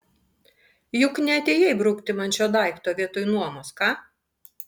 juk neatėjai brukti man šio daikto vietoj nuomos ką